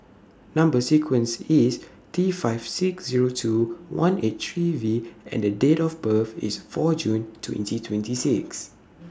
Number sequence IS T five six Zero two one eight three V and Date of birth IS four June twenty twenty six